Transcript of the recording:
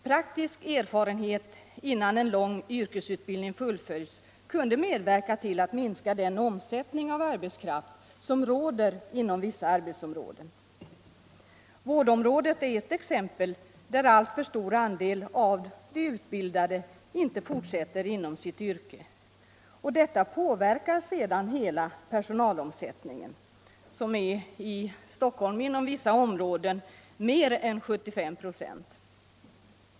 Praktisk erfarenhet innan en lång yrkesutbildning fullföljs kunde medverka till att minska den omsättning av arbetskraft som förekommer inom vissa arbetsområden. Vårdområdet är ett exempel där alltför stor andel av de utbildade inte fortsätter inom sitt yrke. Detta påverkar sedan hela personalomsättningen Den är i Stockholm inom vissa områden mer än 75 926.